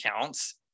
counts